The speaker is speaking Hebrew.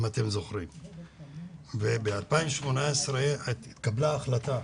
ב-2018 התקבלה החלטה,